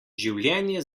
življenje